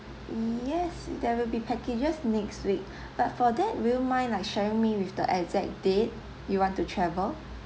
yes there will be packages next week but for that will you mind like sharing me with the exact date you want to travel